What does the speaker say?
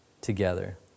together